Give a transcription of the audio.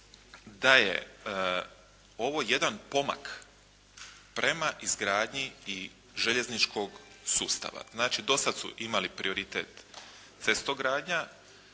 da je ovo jedan pomak prema izgradnji i željezničkog sustava. Znači, do sada su imali prioritet cestogradnja.